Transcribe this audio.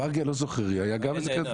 על מרגי אני לא זוכר, היו גם קריקטורות?